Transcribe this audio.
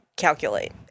calculate